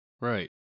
Right